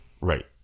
Right